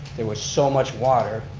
there was so much water,